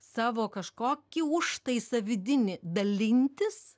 savo kažkokį užtaisą vidinį dalintis